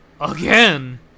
again